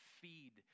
feed